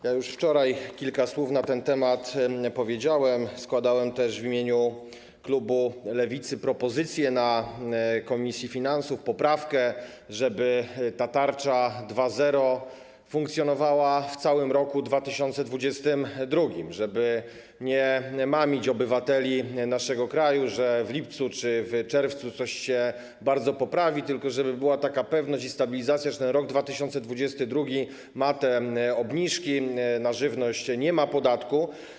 Ja już wczoraj kilka słów na ten temat powiedziałem, składałem też w imieniu klubu Lewicy propozycję na posiedzeniu Komisji Finansów, poprawkę, żeby ta tarcza 2.0 funkcjonowała w całym roku 2022, żeby nie mamić obywateli naszego kraju tym, że w lipcu czy w czerwcu coś się bardzo poprawi, tylko żeby była taka pewność i stabilizacja, że na ten rok 2022 będą te obniżki, że na żywność nie ma podatku.